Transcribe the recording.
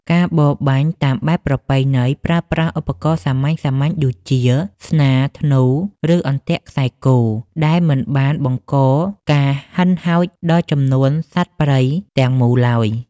ការបរបាញ់តាមបែបប្រពៃណីប្រើប្រាស់ឧបករណ៍សាមញ្ញៗដូចជា ស្នា ធ្នូ ឬអន្ទាក់ខ្សែគោ ដែលមិនបានបង្កការហិនហោចដល់ចំនួនសត្វព្រៃទាំងមូលឡើយ។